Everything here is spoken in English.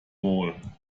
wall